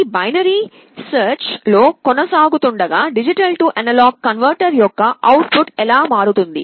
ఈ binary search కొనసాగుతుండగా D A converter యొక్క అవుట్ పుట్ ఎలా మారుతుంది